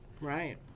right